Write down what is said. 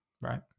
right